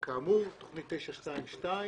כאמור, תוכנית 922,